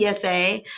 PSA